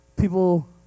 People